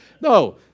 No